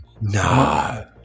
No